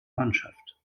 mannschaft